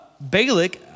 Balak